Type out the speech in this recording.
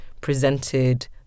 presented